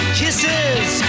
kisses